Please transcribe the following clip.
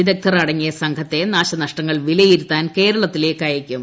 വിദഗ്ധർ അടങ്ങിയ സംഘത്തെ നാശനഷ്ടങ്ങൾ വിലയിരുത്താൻ കേരളത്തിലേക്കയക്കും